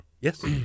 Yes